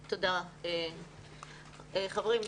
חברים,